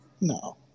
No